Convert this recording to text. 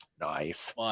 Nice